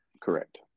Correct